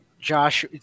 Josh